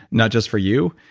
not just for you,